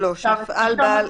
חירום.